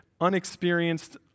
unexperienced